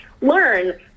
learn